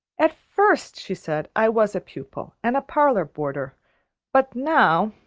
at first, she said, i was a pupil and a parlor boarder but now